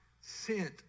sent